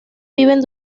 viven